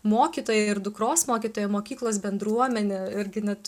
mokytoja ir dukros mokytoja mokyklos bendruomenė irgi net